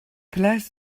place